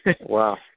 Wow